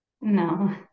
No